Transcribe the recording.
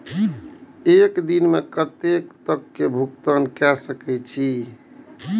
एक दिन में कतेक तक भुगतान कै सके छी